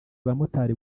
bamotari